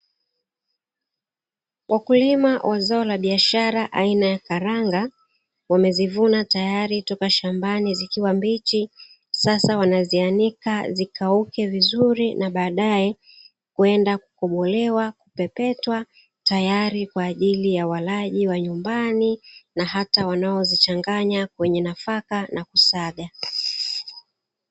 Wakulima wa zao la biashara aina ya karanga wamezivuna tayari toka shambani zikiwa mbichi, sasa wanazianika zikauke vizuri na baadaye huenda kukobolewa kupepetwa, tayari kwa ajili ya walaji wa nyumbani na hata wanaozichanganya kwenye nafaka na kusaga.